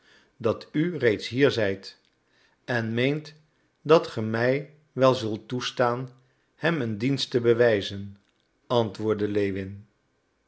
dat u reeds hier zijt en meent dat ge mij wel zult toestaan hem een dienst te bewijzen antwoordde lewin